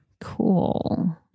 Cool